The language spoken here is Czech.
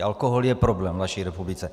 Alkohol je problém v naší republice.